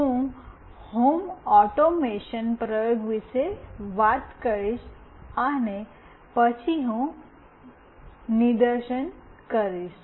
હું home automation પ્રયોગ વિશે વાત કરીશ અને પછી હું નિદર્શન કરીશ